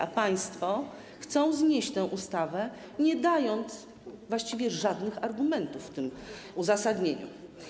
A państwo chcą znieść tę ustawę, nie dając właściwie żadnych argumentów w tym uzasadnieniu.